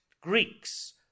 Greeks